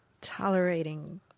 Tolerating